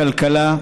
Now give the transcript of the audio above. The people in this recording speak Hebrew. בכלכלה,